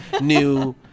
New